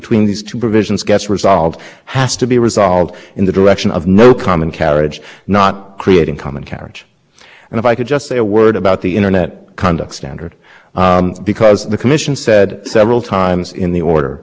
innovation so they have their three bright line rules which are clear to their extent but then they have layered on top of this the most vague and impossible to predict